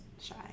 shy